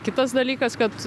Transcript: kitas dalykas kad